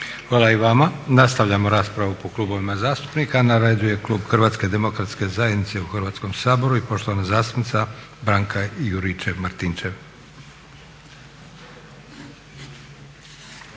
Hvala i vama. Nastavljamo raspravu po klubovima zastupnika. Na redu je klub Hrvatske demokratske zajednice u Hrvatskom saboru i poštovana zastupnica Branka Juričev-Martinčev.